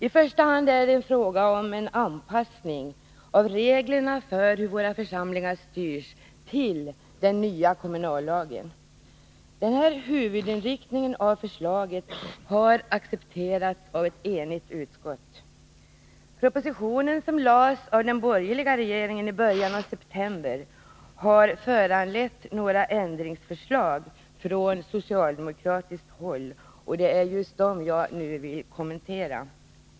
I första hand är det fråga om en anpassning till den nya kommunallagen av reglerna för hur våra församlingar styrs. Denna huvudinriktning av förslaget har accepterats av ett enigt utskott. Propositionen, som lades fram av den borgerliga regeringen i början av september, har föranlett några ändringsförslag från socialdemokratiskt håll. Det är just dem som jag nu vill kommentera.